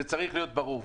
זה צריך להיות ברור.